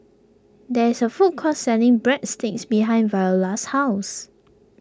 there is a food court selling breadsticks behind Viola's house